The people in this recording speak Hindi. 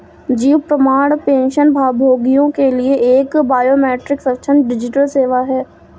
जीवन प्रमाण पेंशनभोगियों के लिए एक बायोमेट्रिक सक्षम डिजिटल सेवा है